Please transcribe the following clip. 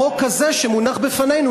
החוק הזה שמונח בפנינו,